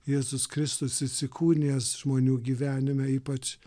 jėzus kristus įsikūnijęs žmonių gyvenime ypač